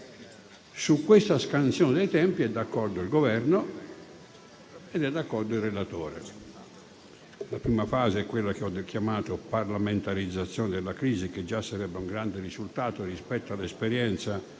Su questa scansione dei tempi è d'accordo il Governo ed è d'accordo il relatore. La prima fase è quella che ho chiamato parlamentarizzazione della crisi, che già sarebbe un grande risultato rispetto all'esperienza